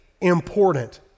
important